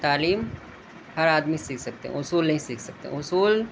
تعلیم ہر آدمی سیکھ سکتے ہیں اصول نہیں سیکھ سکتے ہیں اصول